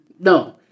No